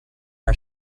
our